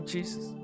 Jesus